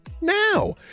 Now